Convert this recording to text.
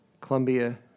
Columbia